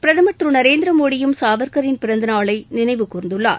பிரதமா் திரு நரேந்திரமோடியும் சாவர்கரின் பிறந்த நாளை நினைவு கூர்ந்துள்ளார்